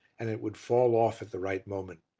and it would fall off at the right moment.